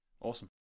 Awesome